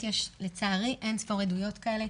לצערי יש אין-ספור עדויות כאלה.